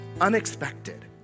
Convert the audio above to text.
unexpected